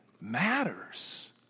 matters